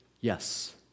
Yes